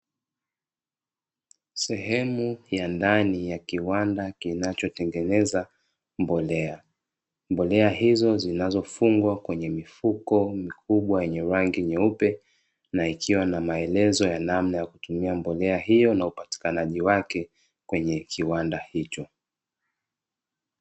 Sehemu ya ndani ya kiwanda kinachotengeneza mbolea, mbolea hizo zinazofungwa kwenye mifuko mikubwa yenye rangi nyeupe. Na ikiwa na maelezo ya namna ya kutumia mbolea hiyo na upatikanaji wake kwenye kiwanda hicho.